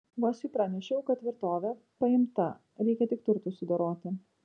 uosiui pranešiau kad tvirtovė paimta reikia tik turtus sudoroti